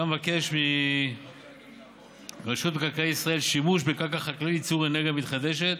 אתה מבקש מרשות מקרקעי ישראל שימוש בקרקע חקלאית לייצור אנרגיה מתחדשת